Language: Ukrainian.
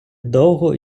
довго